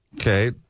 Okay